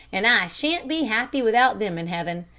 and i sha'n't be happy without them in heaven.